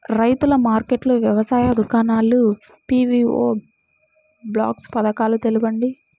రైతుల మార్కెట్లు, వ్యవసాయ దుకాణాలు, పీ.వీ.ఓ బాక్స్ పథకాలు తెలుపండి?